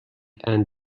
and